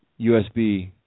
USB